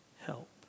help